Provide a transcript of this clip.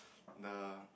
the